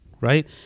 right